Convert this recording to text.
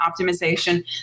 optimization